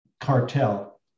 cartel